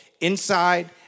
inside